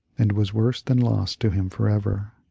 and was worse than lost to him forever.